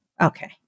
Okay